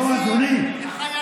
לא, אדוני.